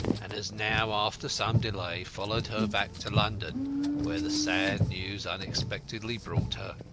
and has now, after some delay, followed her back to london where the sad news unexpectedly brought her.